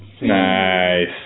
Nice